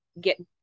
get